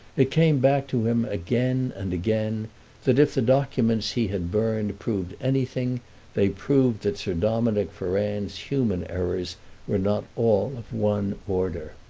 it came back to him again and again that if the documents he had burned proved anything they proved that sir dominick ferrand's human errors were not all of one order.